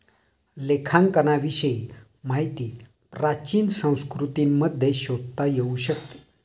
लेखांकनाविषयी माहिती प्राचीन संस्कृतींमध्ये शोधता येऊ शकते